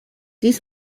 dies